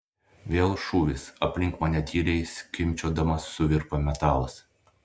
vėl šūvis aplink mane tyliai skimbčiodamas suvirpa metalas